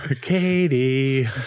Katie